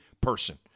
person